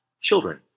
children